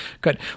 good